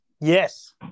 Yes